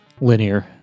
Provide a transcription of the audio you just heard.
linear